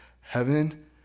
heaven